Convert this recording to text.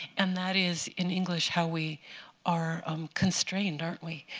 and that is, in english, how we are um constrained, aren't we,